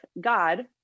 God